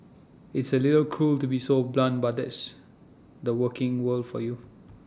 it's A little cruel to be so blunt but that's the working world for you